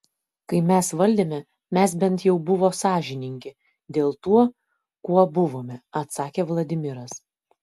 kai mes valdėme mes bent jau buvo sąžiningi dėl tuo kuo buvome atsakė vladimiras